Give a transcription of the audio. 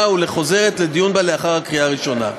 ולחוזרת לדיון בה לאחר הקריאה הראשונה.